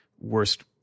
worst